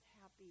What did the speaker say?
happy